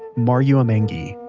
mariuamangi,